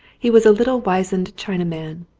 he was a little wizened china man,